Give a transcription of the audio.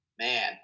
Man